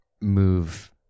move